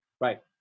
Right